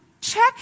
check